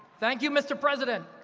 thank you, mr. president.